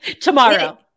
tomorrow